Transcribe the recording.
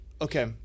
okay